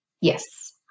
Yes